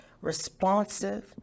responsive